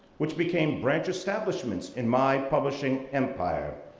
which became branch establishments in my publishing empire.